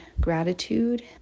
gratitude